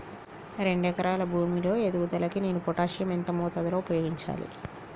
రెండు ఎకరాల భూమి లో ఎదుగుదలకి నేను పొటాషియం ఎంత మోతాదు లో ఉపయోగించాలి?